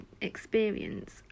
experience